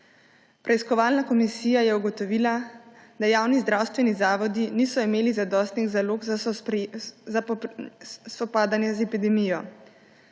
Preiskovalna komisija je ugotovila, da javni zdravstveni zavodi niso imeli zadostnih zalog za spopadanje z epidemijo.